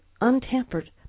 untampered